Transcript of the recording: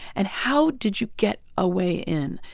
and how did you get a way in?